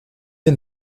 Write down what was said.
den